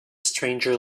stranger